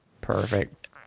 Perfect